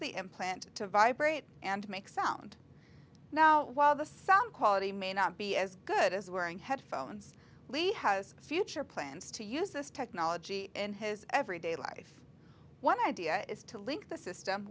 the implant to vibrate and make sound now while the sound quality may not be as good as wearing headphones lee has future plans to use this technology in his everyday life one idea is to link the system